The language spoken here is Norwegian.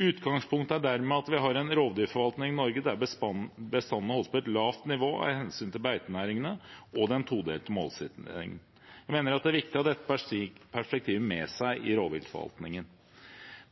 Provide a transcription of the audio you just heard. Utgangspunktet er dermed at vi har en rovdyrforvaltning i Norge der bestanden holdes på et lavt nivå av hensyn til beitenæringene og den todelte målsettingen. Jeg mener det er viktig å ha dette perspektivet med seg i rovviltforvaltningen.